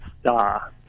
star